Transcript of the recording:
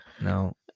No